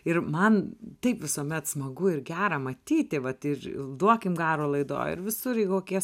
ir man taip visuomet smagu ir gera matyti vat ir duokim garo laidoj ir visur jei kokie